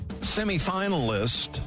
semifinalist